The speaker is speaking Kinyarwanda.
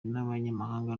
b’abanyamahanga